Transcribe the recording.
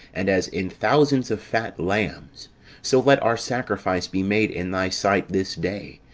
and as in thousands of fat lambs so let our sacrifice be made in thy sight this day,